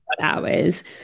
hours